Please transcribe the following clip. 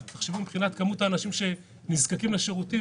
אז תחשבו מבחינת כמות האנשים שנזקקים לשירותים,